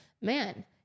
man